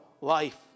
life